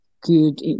good